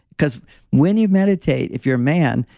because when you meditate, if you're a man,